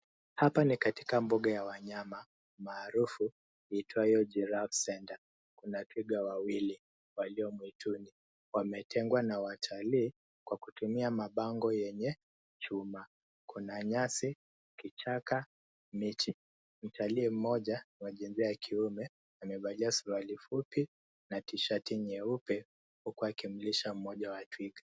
Hapa ni katika mbuga ya wanyama, maarufu, iitwayo GIraffe Centre . Kuna twiga wawili, walio mwituni. Wametengwa na watalii, kwa kutumia mabango yenye, chuma. Kuna nyasi, kichaka, miti. Mtalii mmoja, wa jinsia ya kiume, amevalia suruali fupi, na Tshirt nyeupe, huku akimlisha mmoja we twiga.